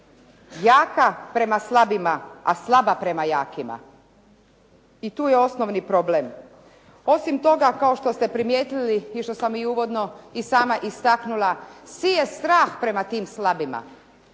jaka prema slabima, a slaba prema jakima. I tu je osnovni problem. Osim toga kao što ste primijetili i što sam i uvodno i sama istaknula, sije strah prema tim slabima.